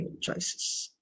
choices